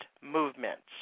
movements